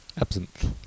absinthe